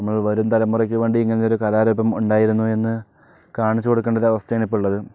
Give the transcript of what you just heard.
നമ്മളെ വരും തലമുറയ്ക്ക് വേണ്ടി ഇങ്ങനൊരു ഒരു കലാരൂപം ഉണ്ടായിരുന്നുവെന്ന് കാണിച്ചു കൊടുക്കേണ്ട ഒരവസ്ഥയാണ് ഇപ്പോഴുള്ളത്